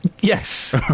Yes